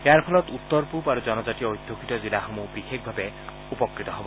ইয়াৰ ফলত উত্তৰ পূব আৰু জনজাতীয় অধ্যুষিত জিলাসমূহ বিশেষভাৱে উপকৃত হব